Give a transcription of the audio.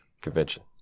Convention